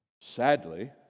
sadly